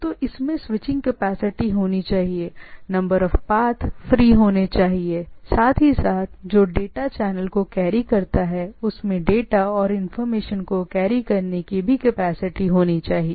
तो इसकी switching capacity दोनों होनी चाहिए इसका मतलब है कैपेसिटी इसका अर्थ है कि पाथ की संख्या फ्री है और इतना ही नहीं जो डेटा चैनल द्वारा चलाया जा रहा है उसमें इंफॉर्मेशन या डेटा ले जाने की कैपेसिटी भी होनी चाहिए